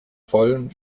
vollen